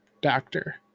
doctor